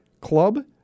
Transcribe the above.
Club